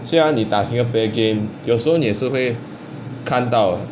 虽然你打 single player game 有时候你也是看到